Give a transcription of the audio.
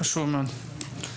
חשוב מאוד.